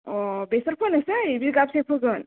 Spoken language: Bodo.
अ बेसर फोनोसै बिगा बेसे फोगोन